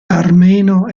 armeno